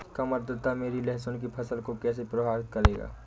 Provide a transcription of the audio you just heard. कम आर्द्रता मेरी लहसुन की फसल को कैसे प्रभावित करेगा?